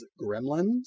Gremlins